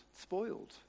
spoiled